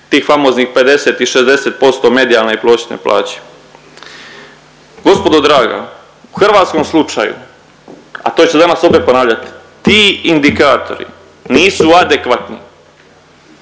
tih famoznih 50 i 60% medijalne i prosječne plaće. Gospodo draga u hrvatskom slučaju, a to ćete danas opet ponavljat, ti indikatori nisu adekvatni.